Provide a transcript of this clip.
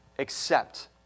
Accept